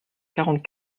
quarante